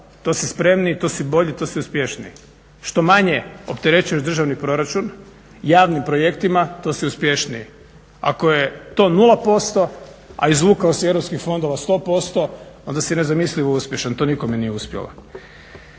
to si spremniji, to si bolji, to si uspješniji. Što manje opterećuješ državni proračun javnim projektima to si uspješniji. Ako je to 0%, a izvukao si europskih fondova 100% onda si nezamislivo uspješan, to nikome nije uspjelo.